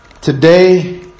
Today